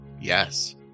Yes